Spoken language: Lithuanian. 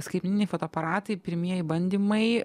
skaitmeniniai fotoaparatai pirmieji bandymai